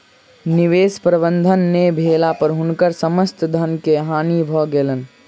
निवेश प्रबंधन नै भेला पर हुनकर समस्त धन के हानि भ गेलैन